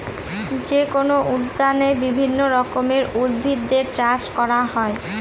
যেকোনো উদ্যানে বিভিন্ন রকমের উদ্ভিদের চাষ করা হয়